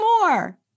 more